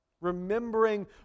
Remembering